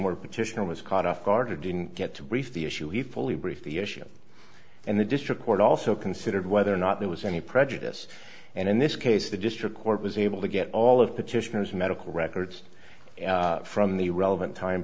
where petitioner was caught offguard didn't get to brief the issue he fully briefed the issue and the district court also considered whether or not there was any prejudice and in this case the district court was able to get all of petitioners medical records from the relevant time